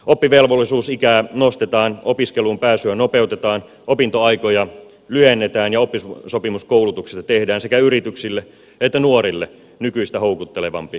oppivelvollisuusikää nostetaan opiskeluun pääsyä nopeutetaan opintoaikoja lyhennetään ja oppisopimuskoulutuksesta tehdään sekä yrityksille että nuorille nykyistä houkuttelevampi vaihtoehto